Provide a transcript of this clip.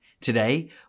Today